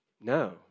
No